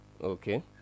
Okay